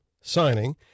signing